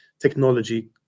technology